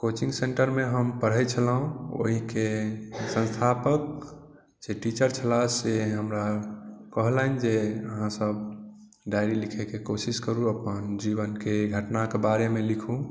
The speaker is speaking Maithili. कोचिंग सेन्टरमे हम पढ़ै छलहुँ ओइके संस्थापक जे टीचर छलाह से हमरा कहलनि जे अहाँसब डायरी लिखैके कोशिश करू अपन जीवनके घटनाके बारेमे लिखू